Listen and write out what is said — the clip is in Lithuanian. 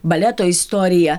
baleto istoriją